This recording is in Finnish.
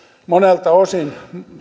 monelta osin